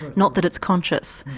not that it's conscious?